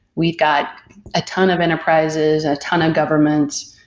we've got a ton of enterprises, a ton of governments,